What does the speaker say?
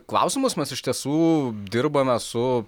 klausimus mes iš tiesų dirbame su